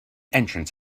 entrance